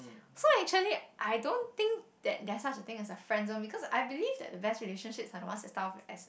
so actually I don't think that there is such a thing as a friendzone because I believe that the best relationships are the ones that start off as